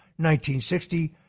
1960